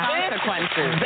Consequences